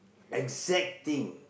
exact thing